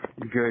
Good